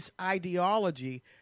ideology